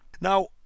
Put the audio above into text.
Now